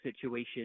situation